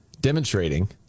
demonstrating